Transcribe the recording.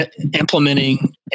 implementing